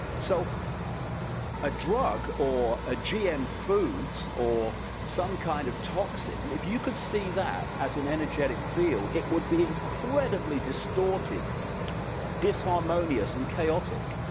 so a drug or a gm or some kind of toxin, if you could see that as an energetic field it would be incredibly distorted disharmonious and chaotic,